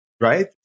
Right